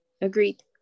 Agreed